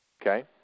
Okay